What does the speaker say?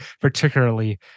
particularly